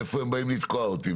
איפה הם באים לתקוע אותי.